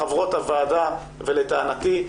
חברות הוועדה ולטענתי,